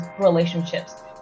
relationships